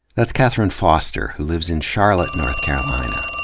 that's kathryne foster, who lives in charlotte, north carolina.